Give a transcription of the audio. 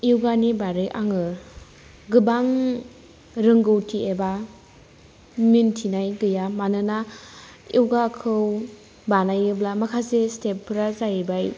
यगानि बारै आंङो गोबां रोंगौथि एबा मिन्थिनाय गैया मानोना यगाखौ बानायोब्ला माखासे स्टेप्सफ्रा जाहैबाय